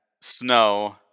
snow